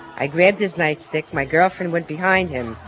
i grabbed his nightstick. my girlfriend went behind him.